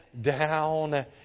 down